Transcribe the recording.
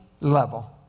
level